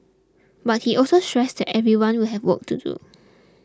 but he also stressed that everyone will have work to do